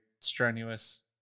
strenuous